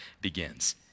begins